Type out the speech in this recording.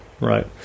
right